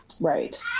Right